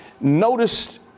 Notice